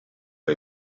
era